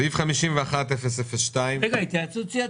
סעיף 51-002. רגע, התייעצות סיעתית.